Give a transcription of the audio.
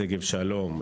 שגב שלום,